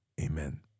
Amen